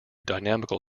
dynamical